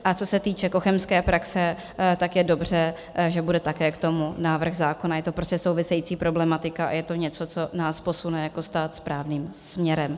A co se týče cochemské praxe, tak je dobře, že bude také k tomu návrh zákona, je to prostě související problematika a je to něco, co nás posune jako stát správným směrem.